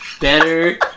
better